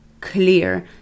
clear